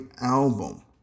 album